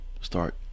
Start